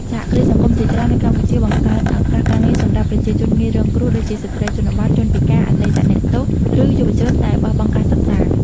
សហគ្រាសសង្គមជាច្រើននៅកម្ពុជា បង្កើតឱកាសការងារសម្រាប់ប្រជាជនងាយរងគ្រោះ ដូចជាស្ត្រីជនបទ ជនពិការ អតីតអ្នកទោស ឬយុវជនដែលបោះបង់ការសិក្សា។